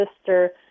sister